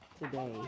today